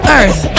earth